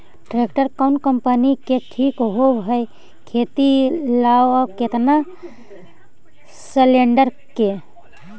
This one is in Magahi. ट्रैक्टर कोन कम्पनी के ठीक होब है खेती ल औ केतना सलेणडर के?